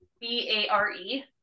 B-A-R-E